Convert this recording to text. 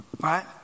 right